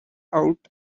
out